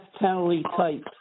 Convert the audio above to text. penalty-type